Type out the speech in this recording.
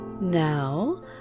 Now